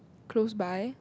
close by